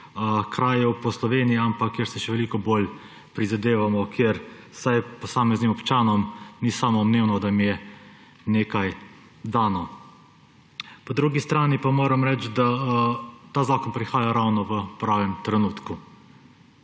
krajev po Sloveniji, ampak kjer si še veliko bolj prizadevamo, kjer vsaj posameznim občanom ni samoumevno, da jim je nekaj dano. Po drugi strani pa moram reči, da ta zakon prihaja ravno v pravem trenutku.